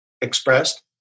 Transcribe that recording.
expressed